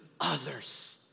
others